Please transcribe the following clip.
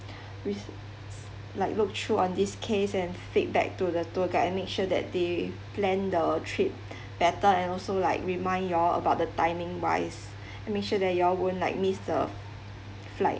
which s~ like look through on this case and feedback to the tour guide and make sure that they plan the trip better and also like remind you all about the timing rise and make sure that you all won't like miss the flight